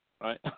right